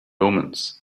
omens